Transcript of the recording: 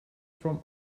from